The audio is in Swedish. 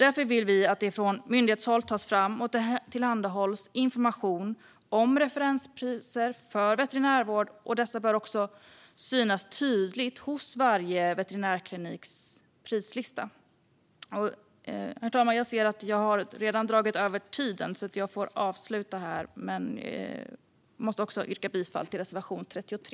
Därför vill vi att det från myndighetshåll tas fram och tillhandahålls information om referenspriser för veterinärvård. Dessa bör också synas tydligt på varje veterinärkliniks prislista. Herr talman! Jag ser att jag redan har dragit över tiden, så jag får avsluta här. Men jag måste också yrka bifall till reservation 33.